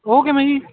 ਉਹ ਕਿਵੇਂ ਜੀ